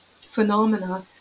phenomena